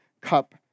cup